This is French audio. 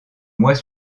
mois